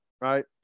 right